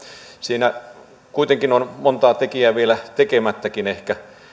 siinä ehkä kuitenkin on monta tekijää vielä tekemättäkin